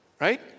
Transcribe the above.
right